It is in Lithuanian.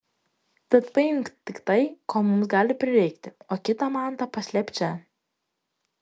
tad paimk tik tai ko mums gali prireikti o kitą mantą paslėpk čia